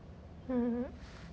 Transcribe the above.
mmhmm